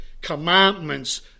commandments